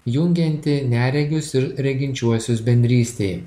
jungiantį neregius ir reginčiuosius bendrystei